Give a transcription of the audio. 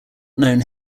known